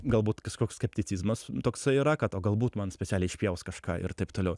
galbūt kažkoks skepticizmas toksai yra kad o galbūt man specialiai išpjaus kažką ir taip toliau